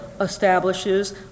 establishes